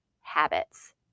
habits